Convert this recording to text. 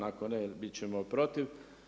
Ako ne, bit ćemo protiv.